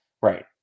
Right